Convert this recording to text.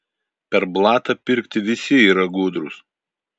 per blatą pirkti visi yra gudrūs